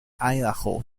idaho